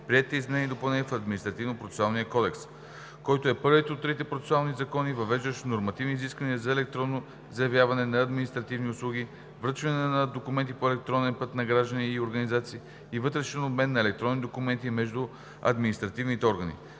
в Административнопроцесуалния кодекс, който е първият от трите процесуални закона, въвеждащ нормативни изисквания за електронно заявяване на административни услуги, връчване на документи по електронен път на граждани и организации и вътрешен обмен на електронни документи между административните органи.